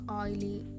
oily